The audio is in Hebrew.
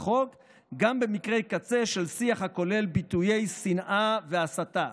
החוק גם במקרי קצה של שיח הכולל ביטויי שנאה והסתה.